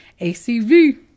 ACV